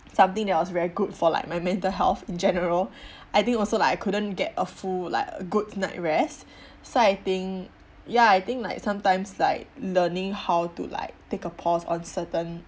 something that was very good for like my mental health in general I think also like I couldn't get a full like a good night rest so I think ya I think like sometimes like learning how to like take a pause on certain